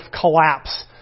collapse